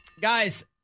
Guys